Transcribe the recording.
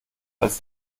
als